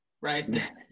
right